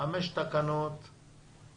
חמש תקנות יוגשו עד 15 באוגוסט.